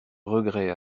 regrets